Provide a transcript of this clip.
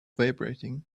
vibrating